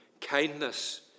kindness